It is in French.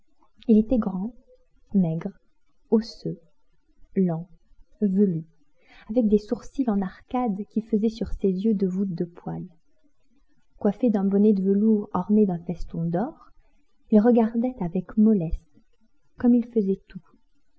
il était grand maigre osseux lent velu avec des sourcils en arcade qui faisaient sur ses yeux deux voûtes de poils coiffé d'un bonnet de velours orné d'un feston d'or il regardait avec mollesse comme il faisait tout